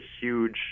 huge